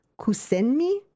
Kusenmi